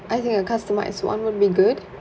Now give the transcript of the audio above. I think a customised [one] would be good